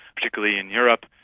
particularly in europe,